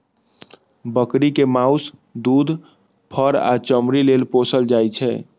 बकरी कें माउस, दूध, फर आ चमड़ी लेल पोसल जाइ छै